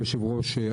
היושב-ראש,